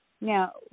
Now